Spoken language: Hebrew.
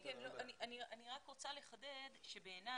אני רק רוצה לחדד ולומר שבעיני